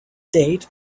date